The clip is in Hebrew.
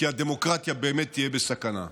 כי הדמוקרטיה באמת תהיה בסכנה.